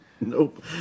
Nope